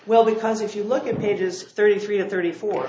well because if you look at pages thirty three and thirty four